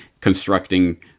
constructing